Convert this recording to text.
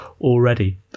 already